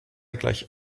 gleich